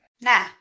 Nah